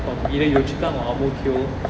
from either yio chu kang or ang mo kio